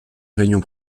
réunion